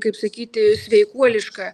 kaip sakyti sveikuoliška